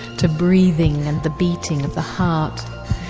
to breathing and the beating of the heart.